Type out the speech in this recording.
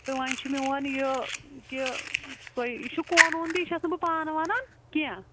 تہٕ وۄنۍ چھُ میٛون یہِ کہِ تُہۍ یہِ چھُ قوٚنوٗن تہِ یہِ چھَس نہٕ پانہٕ ونان کینٛہہ